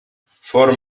four